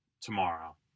tomorrow